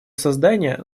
создания